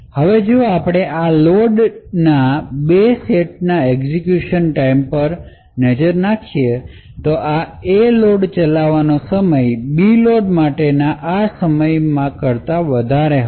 હવે જો આપણે આ લોડના 2 સેટના એક્ઝેક્યુશન ટાઇમ પર નજર નાખીશું તો આ A લોડ ચલાવવાનો સમય બી લોડ્સ માટેના આ માટે લેવામાં આવેલા સમય કરતા વધારે હશે